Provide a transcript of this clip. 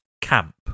Camp